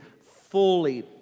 fully